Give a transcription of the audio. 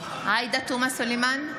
עאידה תומא סלימאן,